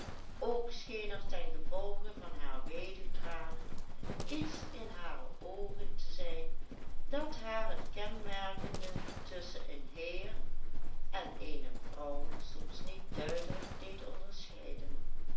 ook scheen er ten gevolge van haar weduwtranen iets in hare oogen te zijn dat haar het kenmerkende tusschen een heer en eene vrouw soms niet duidelijk deed onderscheiden